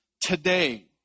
today